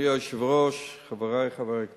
אדוני היושב-ראש, חברי חברי הכנסת,